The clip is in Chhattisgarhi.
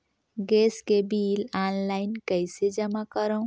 गैस के बिल ऑनलाइन कइसे जमा करव?